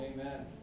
Amen